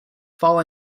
fall